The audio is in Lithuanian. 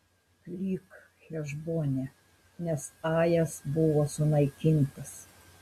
klyk hešbone nes ajas buvo sunaikintas